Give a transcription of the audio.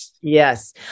Yes